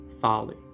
folly